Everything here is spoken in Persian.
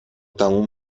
تموم